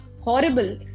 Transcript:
horrible